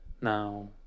Now